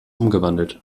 umgewandelt